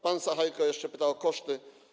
Pan Sachajko jeszcze pyta o koszty.